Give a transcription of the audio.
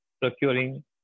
procuring